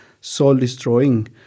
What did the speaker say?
soul-destroying